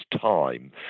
time